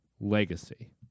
legacy